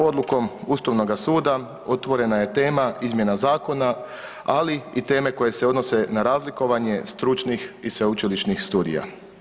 Odlukom Ustavnoga suda otvorena je tema izmjena zakona, ali i teme koje se odnose na razlikovanje stručnih i sveučilišnih studija.